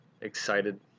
excited